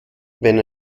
wenn